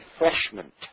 refreshment